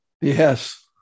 yes